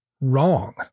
wrong